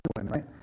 right